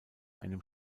einem